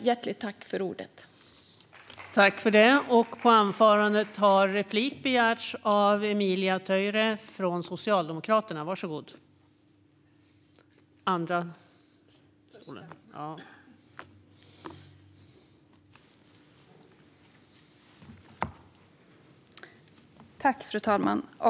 Hjärtligt tack för ordet, återigen!